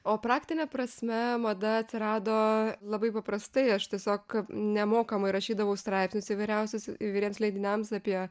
o praktine prasme mada atsirado labai paprastai aš tiesiog nemokamai rašydavau straipsnius įvairiausius įvairiems leidiniams apie